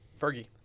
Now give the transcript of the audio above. Fergie